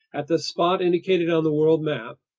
at the spot indicated on the world map,